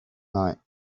night